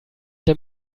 der